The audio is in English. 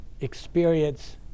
experience